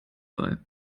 bei